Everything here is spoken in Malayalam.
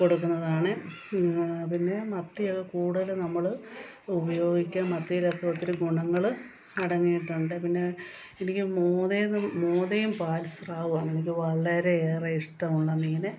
കൊടുക്കുന്നതാണ് പിന്നെ മത്തിയൊക്കെ കൂടുതൽ നമ്മൾ ഉപയോഗിക്കുക മത്തിയിലൊക്കെ ഒത്തിരി ഗുണങ്ങൾ അടങ്ങിയിട്ടുണ്ട് പിന്നെ എനിക്ക് മോദെയെന്ന് മോദയും പാൽസ്രാവുമാണെനിക്ക് വളരെയേറെ ഇഷ്ടമുള്ള മീൻ